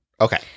Okay